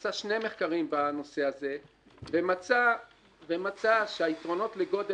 עשה שני מחקרים בנושא הזה ומצא שהיתרונות לגודל